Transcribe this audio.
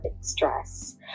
stress